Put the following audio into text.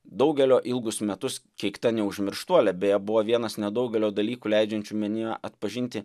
daugelio ilgus metus keikta neužmirštuolė beje buvo vienas nedaugelio dalykų leidžiančių minioje atpažinti